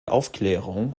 aufklärung